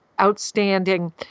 outstanding